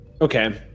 Okay